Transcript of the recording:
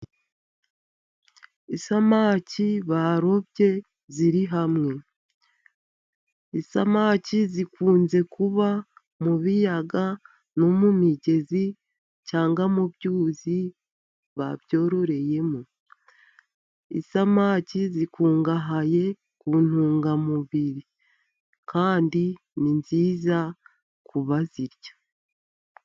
Isamaki barobye ziri hamwe. isamaki zikunze kuba mu biyaga no mu migezi, cyangwa mu byuzi bazororeyemo. Isamaki zikungahaye ku ntungamubiri kandi ni nziza ku bazirya.